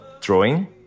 drawing